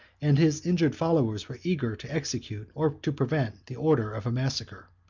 and his injured followers were eager to execute or to prevent the order of a massacre.